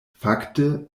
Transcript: fakte